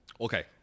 Okay